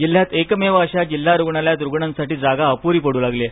जिल्ह्यात एकमेव अशा जिल्हा रुग्णालयात रुग्णांसाठी जागा अपुरी पडू लागली आहे